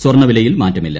സ്വർണ്ണ വിലയിൽ മാറ്റമില്ല